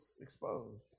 exposed